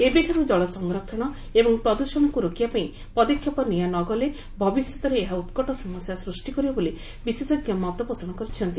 ଏବେଠାରୁ ଜଳ ସଂରକ୍ଷଣ ଏବଂ ପ୍ରଦୃଷଣକୁ ରୋକିବା ପାଇଁ ପଦକ୍ଷେପ ନିଆ ନଗଲେ ଭବିଷ୍ୟତରେ ଏହା ଉକ୍ଟ ସମସ୍ ସୃଷ୍ କରିବ ବୋଲି ବିଶେଷଙ୍କ ମତପୋଷଣ କରିଛନ୍ତି